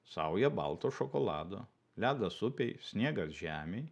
saują balto šokolado ledas upėj sniegas žemėj